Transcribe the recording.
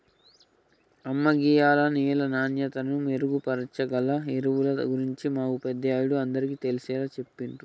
అమ్మ గీయాల నేల నాణ్యతను మెరుగుపరచాగల ఎరువుల గురించి మా ఉపాధ్యాయుడు అందరికీ తెలిసేలా చెప్పిర్రు